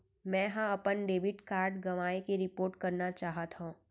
मै हा अपन डेबिट कार्ड गवाएं के रिपोर्ट करना चाहत हव